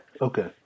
okay